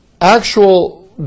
actual